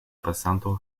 pasanto